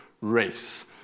race